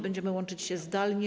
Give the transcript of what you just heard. Będziemy łączyć się zdalnie.